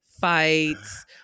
fights